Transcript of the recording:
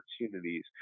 opportunities